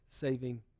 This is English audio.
saving